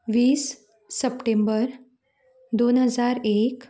वीस सप्टेंबर दोन हजार एक